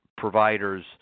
provider's